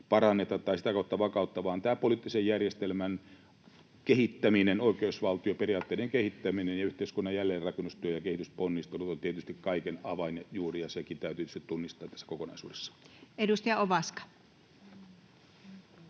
kautta vakautta paranneta, vaan tämän poliittisen järjestelmän kehittäminen, oikeusvaltioperiaatteiden kehittäminen ja yhteiskunnan jälleenrakennustyö ja kehitysponnistelut ovat tietysti kaiken avain juuri, ja sekin täytyy tunnistaa tässä kokonaisuudessa. Edustaja Ovaska.